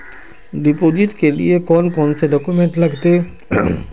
Deposit के लिए कौन कौन से डॉक्यूमेंट लगते?